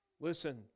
Listen